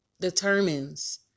determines